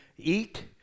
eat